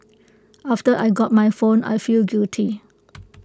after I got my phone I feel guilty